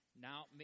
now